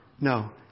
no